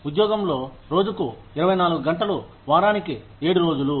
ఉద్యోగంలో రోజుకు 24 గంటలు వారానికి ఏడు రోజులు